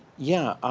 yeah.